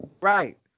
Right